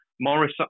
Morris